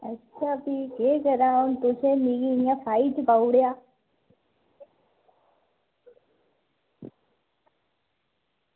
अच्छा भी केह् करां बी तुसें मिगी इय़ां फाही टकाई ओड़ेआ